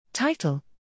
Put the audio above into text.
Title